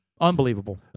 Unbelievable